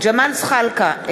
ג'מאל זחאלקה,